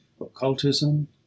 Occultism